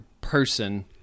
person